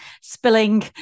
spilling